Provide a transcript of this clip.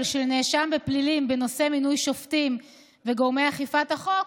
של נאשם בפלילים בנושא מינוי שופטים וגורמי אכיפת החוק,